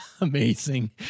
amazing